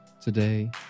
Today